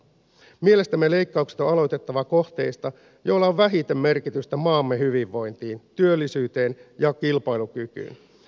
mielestämme leikkaukset on aloitettava kohteista joilla on vähiten merkitystä maamme hyvinvointiin työllisyyteen ja kilpailukykyyn